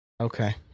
Okay